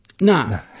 No